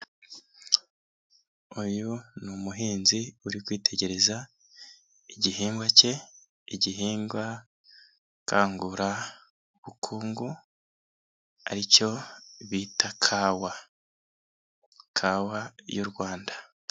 Uyu ni umuhinzi uri kwitegereza igihingwa cye, igihingwa kangura ubukungu aricyo bita kawa, kawa y'u Rwanda.